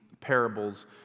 parables